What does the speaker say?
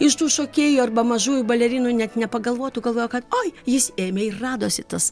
iš tų šokėjų arba mažųjų balerinų net nepagalvotų galvojo kad oi jis ėmė ir radosi tas